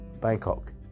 Bangkok